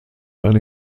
eine